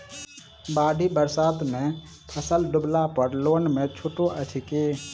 बाढ़ि बरसातमे फसल डुबला पर लोनमे छुटो अछि की